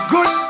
Good